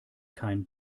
kein